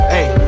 Hey